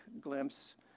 glimpse